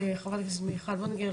לחברת הכנסת מיכל וולדיגר,